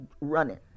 running